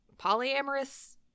polyamorous